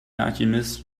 alchemist